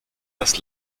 das